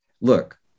look